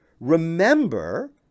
remember